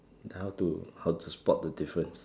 how to how to spot the difference